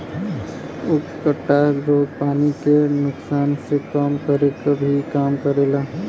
उकठा रोग पानी के नुकसान के कम करे क भी काम करेला